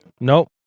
Nope